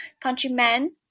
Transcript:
countrymen